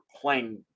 playing